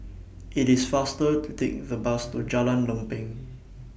IT IS faster to Take The Bus to Jalan Lempeng